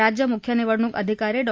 राज्य म्ख्य निवडणूक अधिकारी डॉ